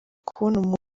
kubona